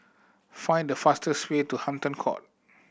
find the fastest way to Hampton Court